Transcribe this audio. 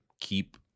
Keep